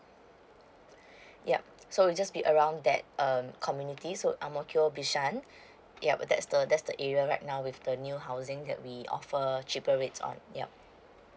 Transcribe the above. yup so just be around that um community so ang mo kio bishan yup that's the that's the area right now with the new housing that we offer cheaper rates on yup